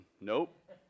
nope